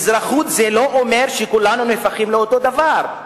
אזרחות זה לא אומר שכולנו נהפכים לאותו דבר,